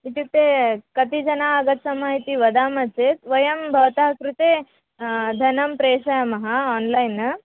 इत्युक्ते कति जना आगच्छामः इति वदामः चेत् वयं भवन्तः कृते धनं प्रेषयामः आन्लैन्